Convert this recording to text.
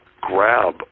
grab